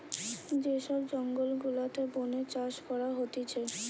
যে সব জঙ্গল গুলাতে বোনে চাষ করা হতিছে